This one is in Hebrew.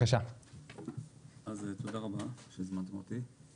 תודה רבה שהזמנתם אותי.